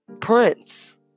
Prince